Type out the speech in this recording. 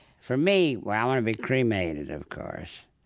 for me, well, i want to be cremated, of course.